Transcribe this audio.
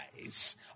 eyes